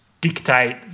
dictate